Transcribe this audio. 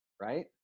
right